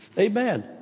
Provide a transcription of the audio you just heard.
Amen